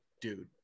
dude